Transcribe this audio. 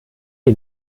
die